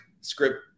script